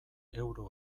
euro